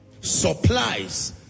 supplies